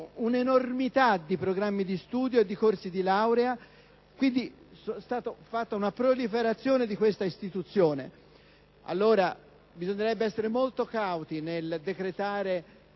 un'enormità di programmi di studio e corsi di laurea, c'è stata una proliferazione di questa istituzione. Bisognerebbe allora essere molto cauti nel decretare